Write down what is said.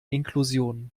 inklusion